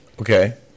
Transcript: Okay